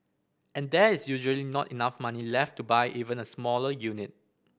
and there is usually not enough money left to buy even a smaller unit